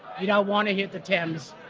you don't want to hit the thames